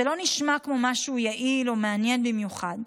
זה לא נשמע כמו משהו יעיל או מעניין במיוחד.